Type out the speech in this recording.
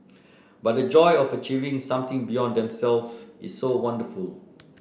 but the joy of achieving something beyond themselves is so wonderful